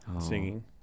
singing